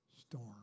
storm